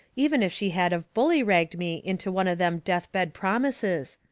even if she had of bully-ragged me into one of them death-bed promises.